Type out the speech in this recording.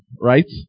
right